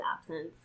absence